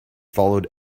followed